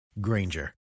Granger